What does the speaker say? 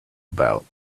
about